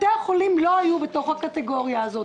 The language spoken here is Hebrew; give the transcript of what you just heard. בתי החולים לא היו בתוך הקטגוריה הזאת.